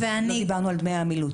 לא דיברנו על דמי העמילות,